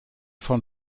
von